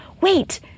wait